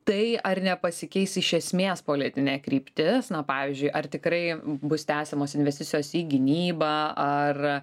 tai ar nepasikeis iš esmės politinė kryptis na pavyzdžiui ar tikrai bus tęsiamos investicijos į gynybą ar